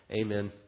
Amen